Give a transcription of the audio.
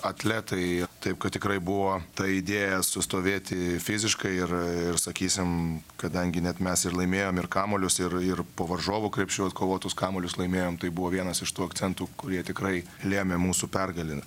atletai taip kad tikrai buvo ta idėja sustovėti fiziškai ir ir sakysim kadangi net mes ir laimėjom ir kamuolius ir ir po varžovų krepšiu atkovotus kamuolius laimėjom tai buvo vienas iš tų akcentų kurie tikrai lėmė mūsų pergalę